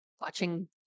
Watching